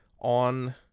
on